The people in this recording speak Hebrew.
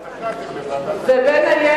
כן,